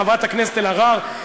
חברת הכנסת אלהרר,